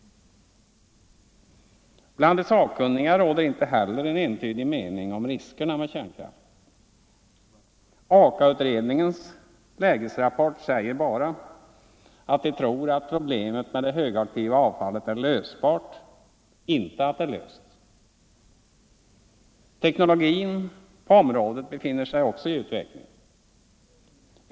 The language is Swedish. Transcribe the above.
Bland de sakkunniga råder inte heller en entydig mening om riskerna med kärnkraften. AKA-utredningens lägesrapport säger bara att man tror att problemet med det högaktiva avfallet är lösbart, inte att det är löst. Teknologin på området befinner sig också i utveckling.